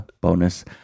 bonus